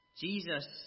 Jesus